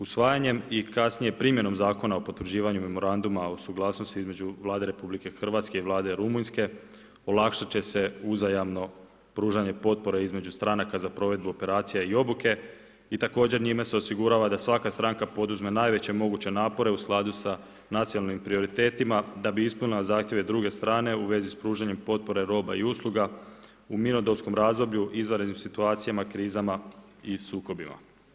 Usvajanjem i kasnije primjenom Zakona o potvrđivanju memoranduma, o suglasnosti između Vlade RH i Vlade Rumunjske olakšati će se uzajamno pružanje potpore između stranaka za provedbu operacija i obuke i također njime se osigurava da svaka stranka poduzme najveće moguće napore u skladu sa nacionalnim prioritetima, da bi ispunila zahtjeve druge strane, u vezi s pružanjem, potpore roba i usluga u mirnodopskom razdoblju, izvanrednim situacijama, krizama i sukobima.